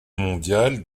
mondiale